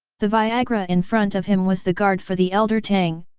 the viagra in front of him was the guard for the elder tang,